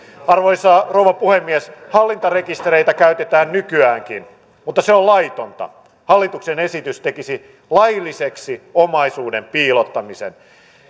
arvoisa rouva puhemies hallintarekistereitä käytetään nykyäänkin mutta se on laitonta hallituksen esitys tekisi lailliseksi omaisuuden piilottamisen